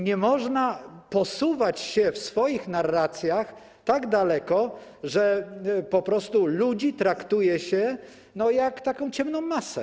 Nie można posuwać się w swoich narracjach tak daleko, że po prostu ludzi traktuje się jak ciemną masę.